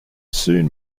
soon